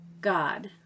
God